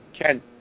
Ken